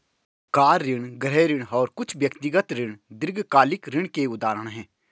car ऋण, गृह ऋण और कुछ व्यक्तिगत ऋण दीर्घकालिक ऋण के उदाहरण हैं